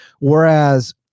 Whereas